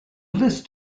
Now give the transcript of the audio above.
list